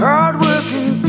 Hardworking